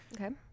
Okay